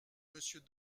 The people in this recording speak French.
monsieur